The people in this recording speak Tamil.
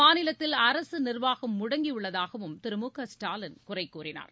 மாநிலத்தில் அரசு நிர்வாகம் முடங்கியுள்ளதாகவும் திரு மு க ஸ்டாலின் குறை கூறினார்